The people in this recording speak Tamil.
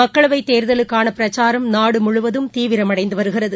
மக்களவைத் தேர்தலுக்கானபிரச்சாரம் நாடுமுழுவதும் தீவிரமடைந்துவருகிறது